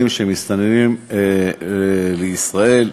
מסתננים לישראל,